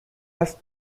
است